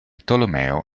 tolomeo